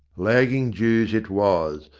lagging dues it was,